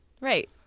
Right